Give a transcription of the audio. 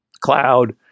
cloud